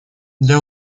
для